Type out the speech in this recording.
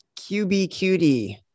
QBQD